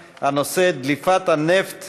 הנושא: דליפת הנפט